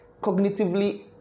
cognitively